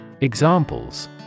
Examples